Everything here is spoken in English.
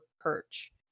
perch